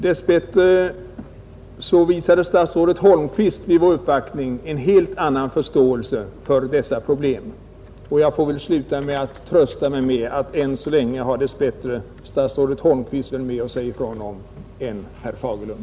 Dess bättre visade statsrådet Holmqvist vid vår uppvaktning en helt annan förståelse för dessa problem, och jag får väl trösta mig med att statsrådet Holmqvist ännu så länge har mer att säga till om än herr Fagerlund.